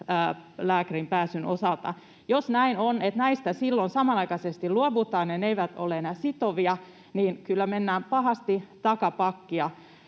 lääkäriin pääsyn osalta? Jos näin on, että näistä silloin samanaikaisesti luovutaan ja ne eivät ole enää sitovia, niin kyllä mennään pahasti takapakkia